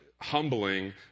humbling